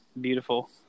beautiful